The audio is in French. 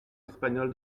espagnol